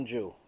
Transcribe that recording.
Jew